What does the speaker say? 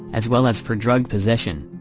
as well as for drug possession.